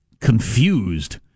confused